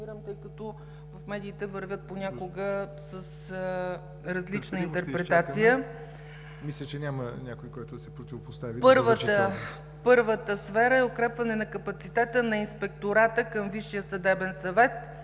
Първата сфера е укрепване на капацитета на Инспектората към Висшия съдебен съвет